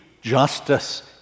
justice